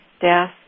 death